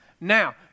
Now